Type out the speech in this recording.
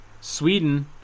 Sweden